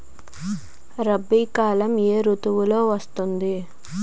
రబీ కాలం ఏ ఋతువులో వస్తుంది?